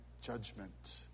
judgment